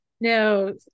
No